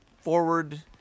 forward